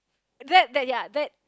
that that ya that